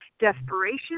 desperation